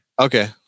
Okay